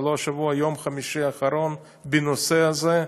ביום חמישי האחרון הייתה ישיבה בנושא הזה,